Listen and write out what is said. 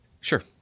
Sure